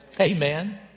Amen